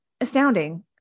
astounding